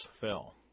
fell